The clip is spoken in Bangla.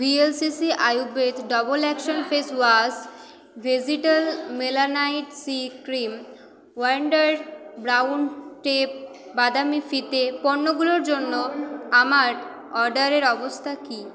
VLCC Ayurveda double action face wash vegetal melanite C cream wonder brown tape বাদামি ফিতে পণ্যগুলোর জন্য আমার অর্ডারের অবস্থা কী